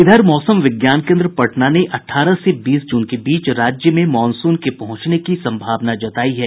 इधर मौसम विज्ञान केन्द्र पटना ने अठारह से बीस जून के बीच राज्य में मॉनसून के पहुंचने की सम्भावना जतायी है